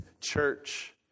church